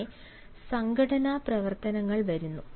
പിന്നെ സംഘടനാ പ്രവർത്തനങ്ങൾ വരുന്നു